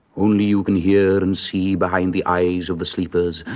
only you can hear and see, behind the eyes of the sleepers,